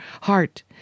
heart